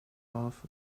off